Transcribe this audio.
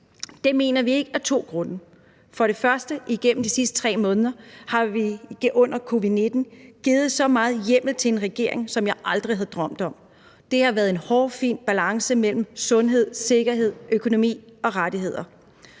Det mener vi ikke af to grunde. For det første har vi igennem de sidste 3 måneder under covid-19 givet så meget hjemmel til en regering, som jeg aldrig havde drømt om. Det har været en hårfin balance mellem sundhed, sikkerhed, økonomi og rettigheder.